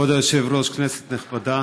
כבוד היושב-ראש, כנסת נכבדה,